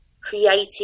creating